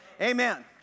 Amen